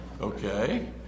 Okay